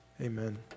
Amen